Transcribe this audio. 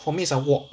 for me it's I walk